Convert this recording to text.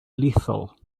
lethal